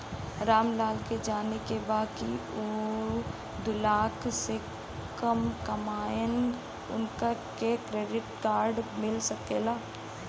राम लाल के जाने के बा की ऊ दूलाख से कम कमायेन उनका के क्रेडिट कार्ड मिल सके ला?